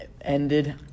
ended